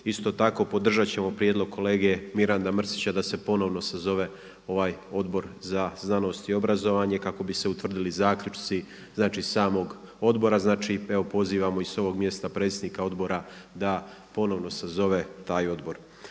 Isto tako podržat ćemo prijedlog kolege Miranda Mrsića da se ponovno sazove ovaj Odbor za znanost i obrazovanje kako bi se utvrdili zaključci samog odbora. Pozivam i s ovog mjesta predsjednika odbora da ponovno sazove taj odbor.